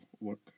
work